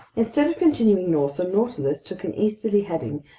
instead of continuing north, the nautilus took an easterly heading,